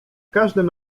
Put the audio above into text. każdym